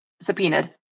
subpoenaed